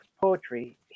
poetry